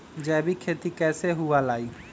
जैविक खेती कैसे हुआ लाई?